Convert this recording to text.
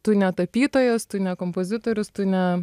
tu ne tapytojas tu ne kompozitorius tu ne